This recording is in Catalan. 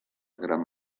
gran